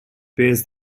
bears